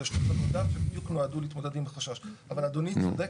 אלו שתי חוות דעת שבדיוק נועדו להתמודד עם החשש.